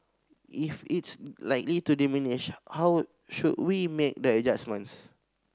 if it's likely to diminish how should we make the adjustments